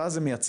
ואז זה מייצר